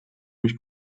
mich